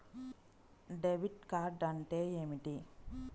Debit card అంటే ఏమిటి?